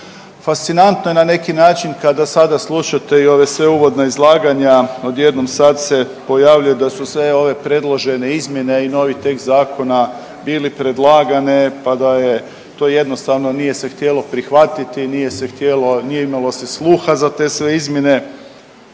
Fascinantno je na neki način kada sada slušate i ove sve uvodna izlaganja, odjednom sad se pojavljuje da su sve ove predložene izmjene, a i novi tekst zakona bili predlagane pa da je to jednostavno nije se htjelo prihvatiti, nije se htjelo, nije imalo se sluha za sve te izmjene,